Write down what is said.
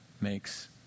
makes